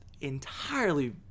entirely